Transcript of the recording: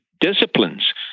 disciplines